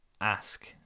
ask